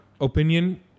opinion